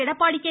Edappadi K